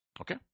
Okay